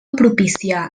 propiciar